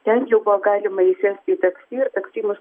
ten jau buvo galima įsėst į taksi ir taksi mus